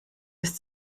des